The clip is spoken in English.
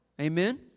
Amen